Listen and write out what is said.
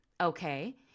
Okay